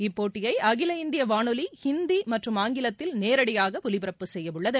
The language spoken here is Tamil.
இப்போட்டியை அகில இந்திய வானொலி ஹிந்தி மற்றும் ஆங்கிலத்தில் நேரடியாக ஒலிபரப்பு செய்யவுள்ளது